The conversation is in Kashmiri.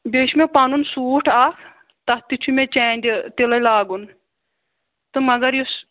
بیٚیہِ چھُ مےٚ پَنُن سوٗٹ اَکھ تَتھ تہِ چھُ مےٚ چانٛدِ تِلے لاگُن تہٕ مگر یُس